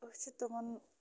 أسۍ چھِ تِمَن